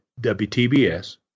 WTBS